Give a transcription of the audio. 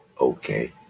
Okay